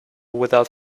without